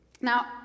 Now